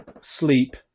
sleep